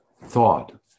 thought